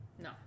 No